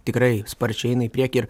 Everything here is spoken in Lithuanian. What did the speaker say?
tikrai sparčiai eina į priekį ir